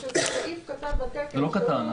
יש סעיף קטן בתקן --- לא קטן,